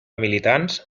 militants